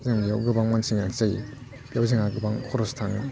जों बेयाव गोबां मानसिनि गोनांथि जायो बेव जोंहा गोबां खरस थाङो